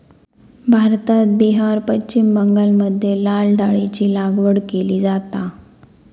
भारतात बिहार, पश्चिम बंगालमध्ये लाल डाळीची लागवड केली जाता